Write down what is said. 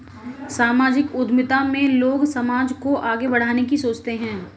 सामाजिक उद्यमिता में लोग समाज को आगे बढ़ाने की सोचते हैं